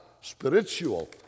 Spiritual